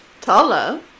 Tala